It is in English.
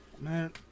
Man